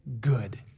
good